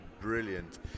brilliant